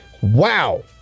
Wow